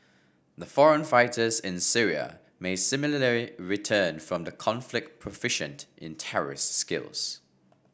the foreign fighters in Syria may similarly return from the conflict proficient in terrorist skills